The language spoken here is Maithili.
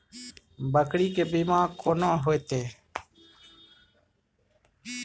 बकरी के बीमा केना होइते?